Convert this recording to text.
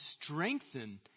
strengthen